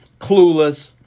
clueless